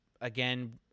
again